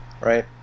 right